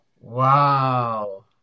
Wow